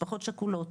משפחות שכולות,